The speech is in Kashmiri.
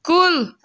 کُل